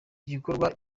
gikorwa